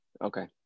Okay